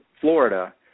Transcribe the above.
Florida